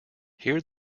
here